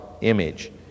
image